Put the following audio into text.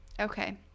okay